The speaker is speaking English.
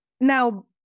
Now